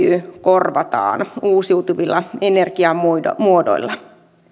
korvataan uusiutuvilla energiamuodoilla